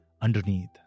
underneath